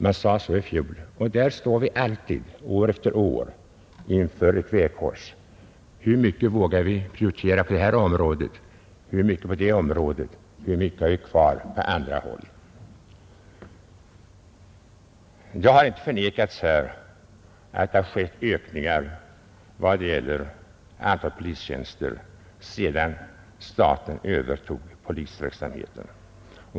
Så sade man i fjol, och år efter år står vi inför samma val: Hur mycket vågar vi prioritera på detta område och på detta? Hur mycket har vi kvar på andra håll? Det har inte förnekats här att det har skett ökningar av antalet polistjänster sedan staten övertog polisverksamheten.